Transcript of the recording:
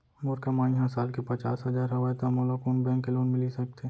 मोर कमाई ह साल के पचास हजार हवय त मोला कोन बैंक के लोन मिलिस सकथे?